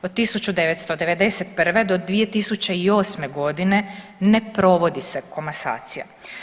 Od 1991. do 2008. godine ne provodi se komasacija.